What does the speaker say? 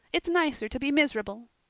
it's nicer to be miserable!